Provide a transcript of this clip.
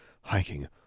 hiking